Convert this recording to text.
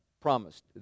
promised